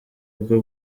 bwo